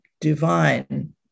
divine